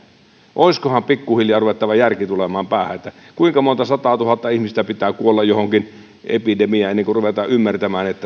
olisikohan pikkuhiljaa ruvettava järjen tulemaan päähän kuinka monta sataatuhatta ihmistä pitää kuolla johonkin epidemiaan ennen kuin ruvetaan ymmärtämään